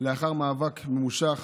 לאחר מאבק ממושך